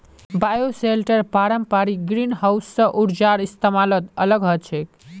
bioshelter पारंपरिक greenhouse स ऊर्जार इस्तमालत अलग ह छेक